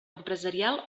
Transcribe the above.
empresarial